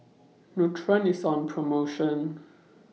Nutren IS on promotion